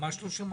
ממש לא שמעתי.